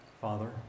Father